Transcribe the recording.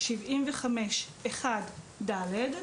בסעיף 75(1)(ד)